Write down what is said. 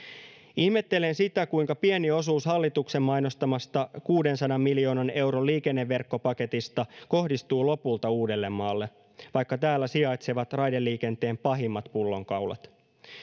ihmettelen sitä kuinka pieni osuus hallituksen mainostamasta kuudensadan miljoonan euron liikenneverkkopaketista kohdistuu lopulta uudellemaalle vaikka täällä sijaitsevat raideliikenteen pahimmat pullonkaulat